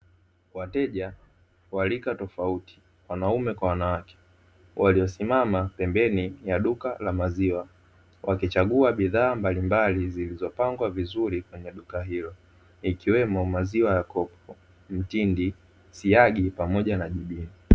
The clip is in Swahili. Wateja wa rika tofauti wanaume kwa wanawake waliosimama pembeni mwa duka la maziwa, wakichagua bidhaa mbalimbali zilizopangwa vizuri kwenye duka hilo, ikiwemo maziwa ya kopo, mtindi, siagi pamoja na jibini.